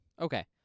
Okay